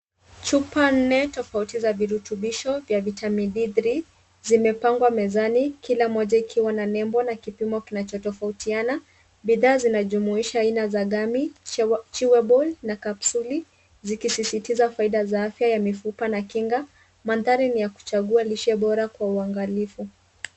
Chupa nne tofauti za virutubisho vya vitamin D3 zimepangwa mezani kila moja ikiwa na nembo na kipimo kinachotofautiana. Bidhaa zinajumuisha aina za gummy chewable na [cs[kapsuli zikisisitiza faida za afya ya mifupa na kinga. Mandhari ni ya kuchagua lishe bora kwa uangalifu.